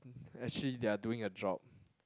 actually they are doing a job